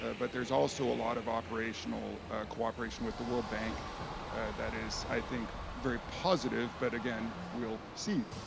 ah but there's also a lot of operational cooperation with the world bank that is i think very positive, but again we'll see,